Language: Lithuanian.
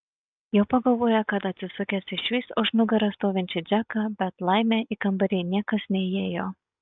jau pagalvojo kad atsisukęs išvys už nugaros stovinčią džeką bet laimė į kambarį niekas neįėjo